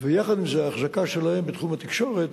ויחד עם זה האחזקה שלהם בתחום התקשורת